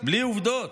בלי עובדות.